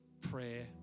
prayer